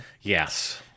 Yes